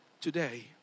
today